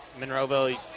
Monroeville